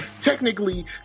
Technically